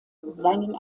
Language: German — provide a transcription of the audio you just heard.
seinen